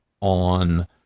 on